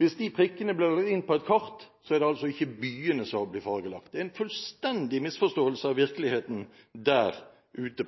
hvis de prikkene ble satt inn på et kart, var det altså ikke byene som ble fargelagt. Det er en fullstendig misforståelse av virkeligheten der ute.